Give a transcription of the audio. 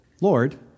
Lord